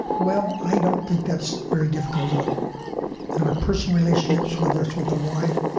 well, i don't think that's very difficult at all in our personal relationships, whether it's with a wife,